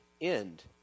end